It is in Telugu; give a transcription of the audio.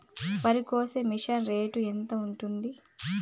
వరికోసే మిషన్ రేటు ఎంత ఉంటుంది?